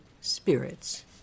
spirits